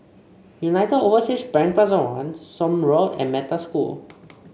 United Overseas Bank Plaza One Somme Road and Metta School